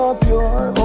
pure